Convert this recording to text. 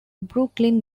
brooklyn